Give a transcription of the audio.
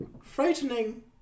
frightening